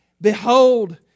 behold